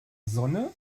sonne